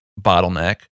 bottleneck